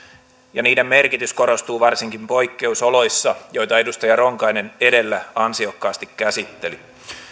ja niiden merkitys korostuu varsinkin poikkeusoloissa joita edustaja ronkainen edellä ansiokkaasti käsitteli